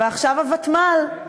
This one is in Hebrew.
ועכשיו הוותמ"ל,